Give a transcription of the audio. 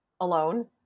alone